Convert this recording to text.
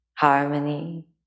Harmony